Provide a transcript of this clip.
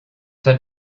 had